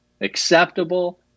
acceptable